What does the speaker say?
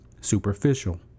superficial